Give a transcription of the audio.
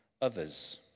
others